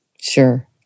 Sure